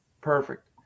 perfect